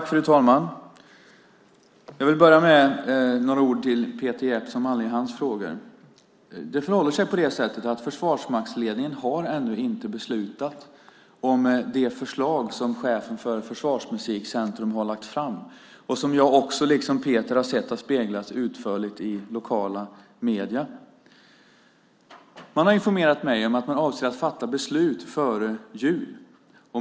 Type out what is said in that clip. Fru talman! Jag vill börja med några ord till Peter Jeppsson med anledning av hans frågor. Det förhåller sig på det sättet att försvarsmaktsledningen ännu inte har beslutat om det förslag som chefen för Försvarsmusikcentrum har lagt fram och som jag liksom Peter har sett speglats utförligt i de lokala medierna. Man har informerat mig om att man avser att fatta beslut före jul.